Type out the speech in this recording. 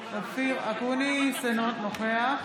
אינו נוכח